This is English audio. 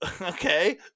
okay